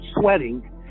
sweating